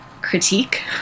critique